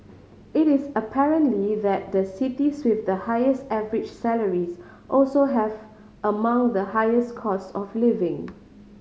it is apparent lee that the cities with the highest average salaries also have among the highest cost of living